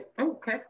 Okay